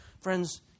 Friends